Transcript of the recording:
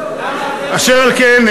אשר על כן,